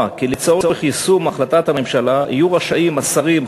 כי לצורך יישום החלטת הממשלה יהיו רשאים השרים,